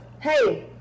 Hey